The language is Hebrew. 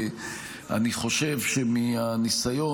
אני חושב שמהניסיון,